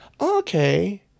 okay